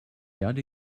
erde